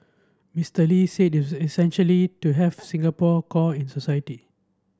Mister Lee said it was essential to have Singapore core in society